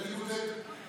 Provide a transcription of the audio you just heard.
אז אני בודק.